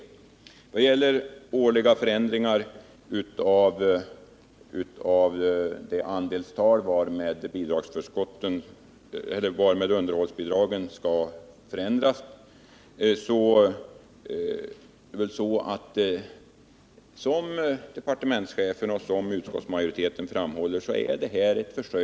När det gäller frågan om årliga förändringar av det andelstal varmed underhållsbidragen skall förändras vill jag i likhet med departementschefen och utskottsmajoriteten framhålla att det gäller ett försök.